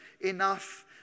enough